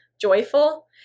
joyful